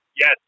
Yes